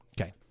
okay